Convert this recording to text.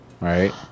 right